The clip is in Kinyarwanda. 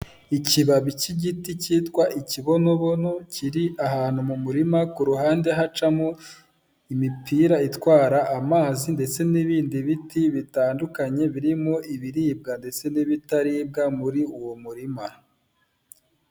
Ikibabi cy'igiti cyitwa ikibonobono kiri ahantu mu murima, ku ruhande hacamo imipira itwara amazi ndetse n'ibindi biti bitandukanye, birimo ibiribwa ndetse n'ibitaribwa muri uwo murima.